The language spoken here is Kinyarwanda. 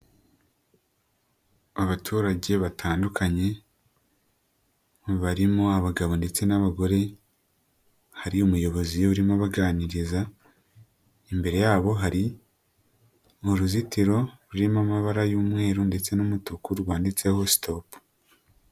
Abaturage batandukanye barimo abagabo ndetse n'abagore, hari umuyobozi urimo abaganiriza, imbere yabo hari uruzitiro rurimo amabara y'umweru, ndetse n'umutuku rwanditseho sitopu.